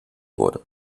wurde